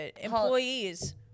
employees